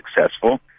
successful